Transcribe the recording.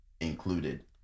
included